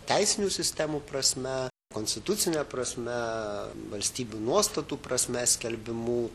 teisinių sistemų prasme konstitucine prasme valstybių nuostatų prasme skelbimu